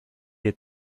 had